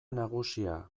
nagusia